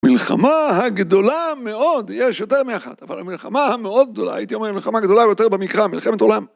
מלחמה הגדולה מאוד, יש יותר מאחת, אבל המלחמה המאוד גדולה, הייתי אומר מלחמה גדולה יותר במקרא, מלחמת העולם.